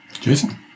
Jason